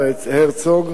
יצחק הרצוג,